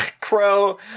Crow